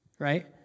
right